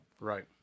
Right